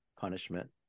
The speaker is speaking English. punishment